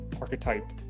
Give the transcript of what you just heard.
archetype